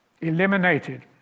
eliminated